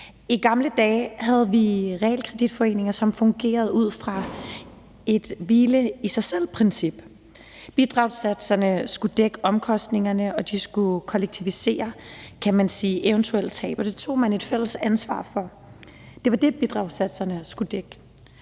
I gamle dage havde vi realkreditforeninger, som fungerede ud fra et hvile i sig selv-princip. Bidragssatserne skulle dække omkostningerne, og de skulle kollektivisere, kan man sige, eventuelle tab, og det tog man et fælles ansvar for. Det var det, bidragssatserne skulle dække.